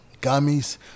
gummies